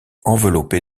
enveloppé